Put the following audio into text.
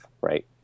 right